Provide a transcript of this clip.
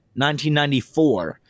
1994